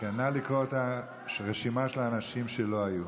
נא לקרוא את רשימת האנשים שלא היו.